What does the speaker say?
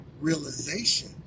realization